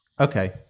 Okay